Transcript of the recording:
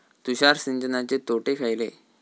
तुषार सिंचनाचे तोटे खयले?